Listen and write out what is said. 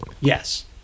Yes